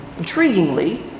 intriguingly